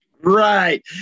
Right